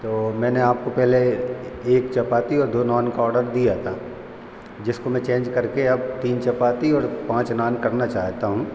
तो मैंने आपको पहले एक चपाती और दो नान का ऑडर दिया था जिसको मैं चेंज करके अब तीन चपाती और पाँच नान करना चाहता हूँ